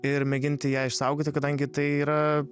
ir mėginti ją išsaugoti kadangi tai yra